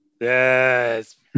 Yes